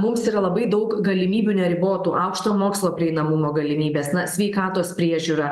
mums yra labai daug galimybių neribotų aukštojo mokslo prieinamumo galimybės na sveikatos priežiūra